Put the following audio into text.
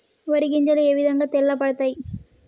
వరి గింజలు ఏ విధంగా తెల్ల పడతాయి?